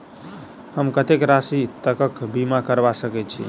हम कत्तेक राशि तकक बीमा करबा सकै छी?